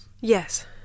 Yes